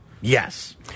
Yes